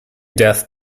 death